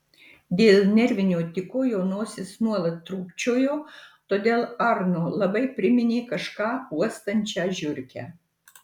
dėl nervinio tiko jo nosis nuolat trūkčiojo todėl arno labai priminė kažką uostančią žiurkę